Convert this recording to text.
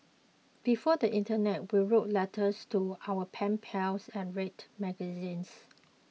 before the internet we wrote letters to our pen pals and read magazines